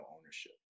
ownership